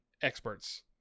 experts